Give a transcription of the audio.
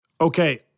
Okay